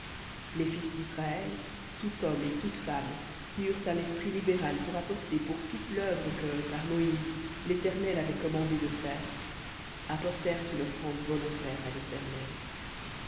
les fils d'israël tout homme et toute femme qui eurent un esprit libéral pour apporter pour toute l'œuvre que par moïse l'éternel avait commandé de faire apportèrent une offrande volontaire à l'éternel